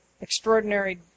extraordinary